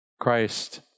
Christ